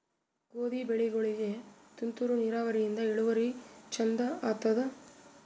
ಗೋಧಿ ಬೆಳಿಗೋಳಿಗಿ ತುಂತೂರು ನಿರಾವರಿಯಿಂದ ಇಳುವರಿ ಚಂದ ಆತ್ತಾದ?